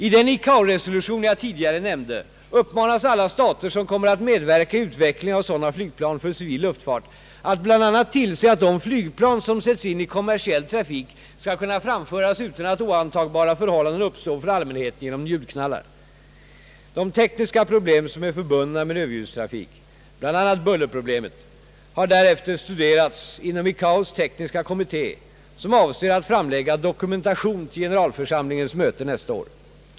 I den ICAO-resolution jag tidigare nämnde uppmanas alla stater som kommer att medverka i utvecklingen av sådana flygplan för civil luftfart att bl.a. tillse att de flygplan, som sätts in i kommersiell trafik, skall kunna framföras utan att oantagbara förhållanden uppstår för allmänheten genom ljudknallar. De tekniska problem som är förbundna med Ööverljudstrafik, bl.a. bullerproblemet, har därefter studerats inom ICAO:s tekniska kommitté, som avser att framlägga dokumentation till generalförsamlingens möte nästa år.